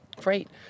great